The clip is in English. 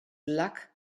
luck